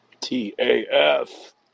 T-A-F